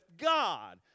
God